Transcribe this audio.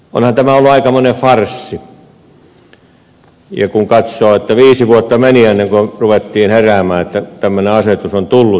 onhan tämä ollut aikamoinen farssi kun katsoo että viisi vuotta meni ennen kuin ruvettiin heräämään että tämmöinen asetus on tullut ja sitä pitäisi noudattaa